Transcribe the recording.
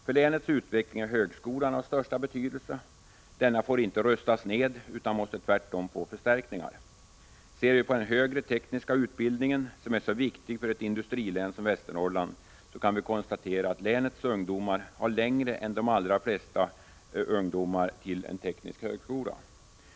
För länets utveckling är högskolan av största betydelse. Denna får inte rustas ned utan måste tvärtom få förstärkningar. Ser vi på den högre tekniska utbildningen, som är så viktig för ett industrilän som Västernorrland, kan vi konstatera att länets ungdomar har längre än de allra flesta ungdomar till en teknisk högskola.